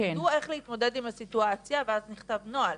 למדו איך להתמודד עם הסיטואציה ואז נכתב נוהל.